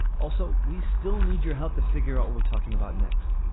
also, we still need your help to figure out we're talking about next.